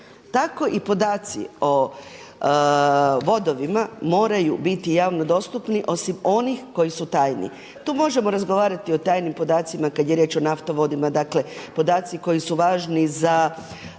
Tako i podaci o vodovima moraju biti javno dostupni osim onih koji su tajni. Tu možemo razgovarati o tajnim podacima kad je riječ o naftovodima, dakle podaci koji su važni za